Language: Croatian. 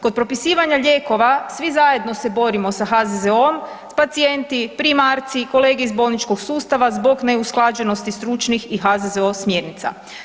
Kod propisivanja lijekova svi zajedno se borimo sa HZZO-om, pacijenti, primarci i kolege iz bolničkog sustava zbog neusklađenosti stručnih i HZZO smjernica.